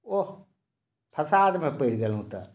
ओह फसादमे परि गेलहुँ तऽ